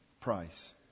price